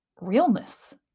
realness